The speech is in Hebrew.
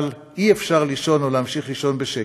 אבל אי-אפשר לישון או להמשיך לישון בשקט.